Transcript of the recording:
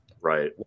right